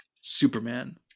Superman